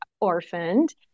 orphaned